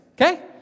okay